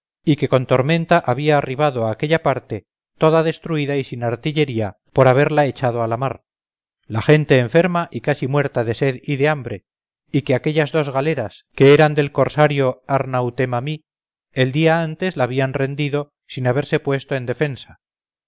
y que con tormenta había arribado a aquella parte toda destruida y sin artillería por haberla echado a la mar la gente enferma y casi muerta de sed y de hambre y que aquellas dos galeras que eran del corsario arnautemamí el día antes la habían rendido sin haberse puesto en defensa